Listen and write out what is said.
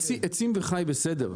עצים וחי בסדר.